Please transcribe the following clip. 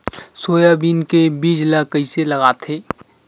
Soybean के बीज ल कइसे लगाथे?